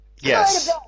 yes